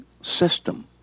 system